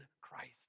Christ